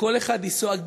לכל אחד לנסוע,